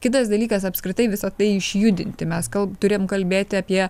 kitas dalykas apskritai visa tai išjudinti mes turim kalbėti apie